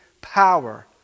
power